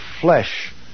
flesh